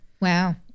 Wow